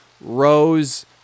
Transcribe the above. Rose